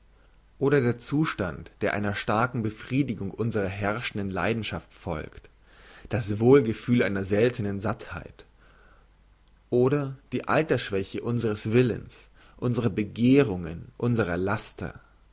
oder der zustand der einer starken befriedigung unsrer herrschenden leidenschaft folgt das wohlgefühl einer seltnen sattheit oder die altersschwäche unsres willens unsrer begehrungen unsrer laster